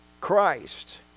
Christ